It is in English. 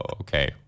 okay